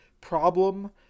problem